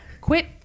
Quit